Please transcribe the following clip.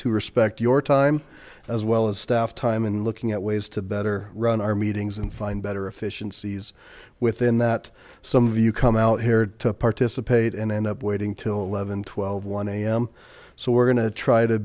to respect your time as well as staff time and looking at ways to better run our meetings and find better efficiencies within that some of you come out here to participate and end up waiting till eleven twelve one am so we're going to try to